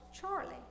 Charlie